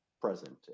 present